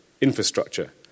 infrastructure